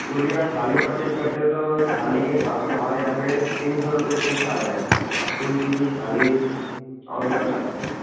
पूरी आप थाली परचेस करते हो तो थाली के हिसाब से हमारे यहाँ पे तीन सौ रुपए से स्टार्ट है आप कोई सी भी थाली ऑर्डर कर सकते हो